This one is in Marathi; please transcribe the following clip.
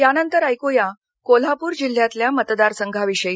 या नंतर ऐक्या कोल्हापूर जिल्ह्यातल्या मतदार संघांविषयी